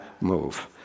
move